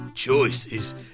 choices